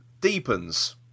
deepens